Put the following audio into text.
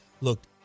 looked